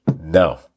No